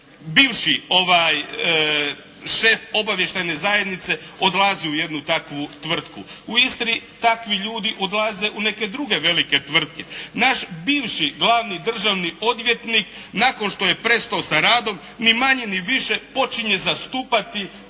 bivši šef obavještajne zajednice odlazi u jednu takvu tvrtku. U Istri, takvi ljudi odlaze u neke druge velike tvrtke. Naš bivši glavni državni odvjetnik nakon što je prestao sa radom, ni manje ni više počinje zastupati